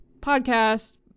podcast